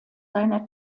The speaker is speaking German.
seiner